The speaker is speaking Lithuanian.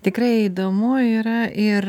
tikrai įdomu yra ir